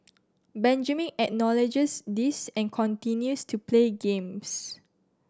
benjamin acknowledges this and continues to play games